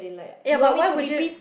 yeah but why would you